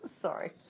Sorry